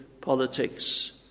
politics